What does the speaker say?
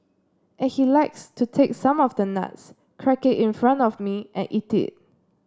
and he likes to take some of the nuts crack it in front of me and eat it